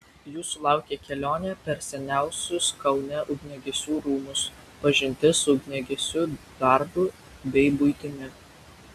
jūsų laukia kelionė per seniausius kaune ugniagesių rūmus pažintis su ugniagesiu darbu bei buitimi